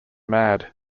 mad